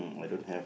I don't have